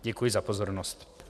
Děkuji za pozornost.